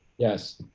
yes,